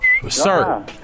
Sir